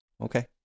Okay